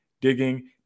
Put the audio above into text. digging